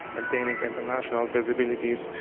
attaining international visibilities,